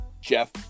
Jeff